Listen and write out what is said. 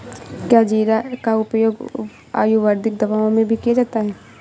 क्या जीरा का उपयोग आयुर्वेदिक दवाओं में भी किया जाता है?